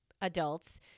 adults